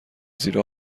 زیر